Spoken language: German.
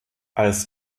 als